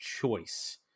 choice